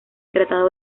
tratado